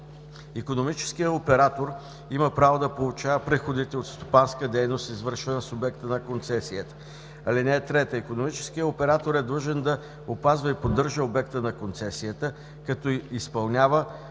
Икономическият оператор има право да получава приходите от стопанската дейност, извършвана с обекта на концесията. (3) Икономическият оператор е длъжен да опазва и поддържа обекта на концесията, като изпълнява